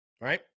right